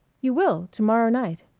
you will, to-morrow night.